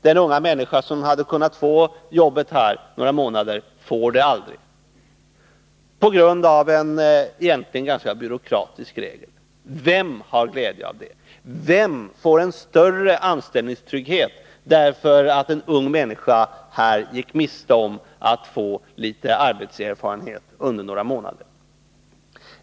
Den unga människa som hade kunnat få jobbet under några månader erhåller aldrig den chansen, på grund av en egentligen ganska byråkratisk regel. Vem har glädje av det? Vem får en större anställningstrygghet därför att en ung människa i detta fall gick miste om litet arbetserfarenhet under några månader?